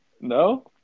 No